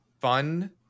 fun